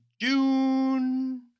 June